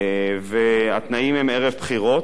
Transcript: והתנאים הם ערב בחירות,